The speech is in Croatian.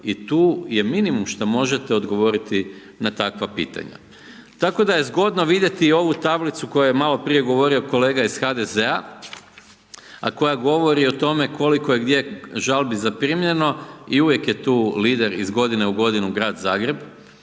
i tu je minimum što možete odgovoriti na takva pitanja, tako da je zgodno vidjeti i ovu tablicu o kojoj je maloprije govorio kolega iz HDZ-a, a koja govori o tome koliko je i gdje žalbi zaprimljeno i uvijek je tu lider iz godine u godinu Grad Zagreb